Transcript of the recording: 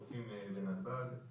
אוכפים לנתב"ג.